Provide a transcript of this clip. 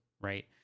right